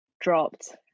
dropped